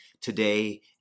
today